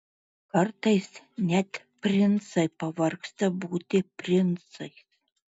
kartais net princai pavargsta būti princais